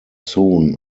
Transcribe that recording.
soon